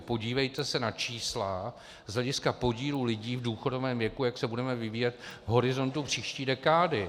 Podívejte se na čísla z hlediska podílů lidí v důchodovém věku, jak se budeme vyvíjet v horizontu příští dekády.